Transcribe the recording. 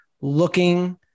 looking